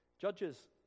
Judges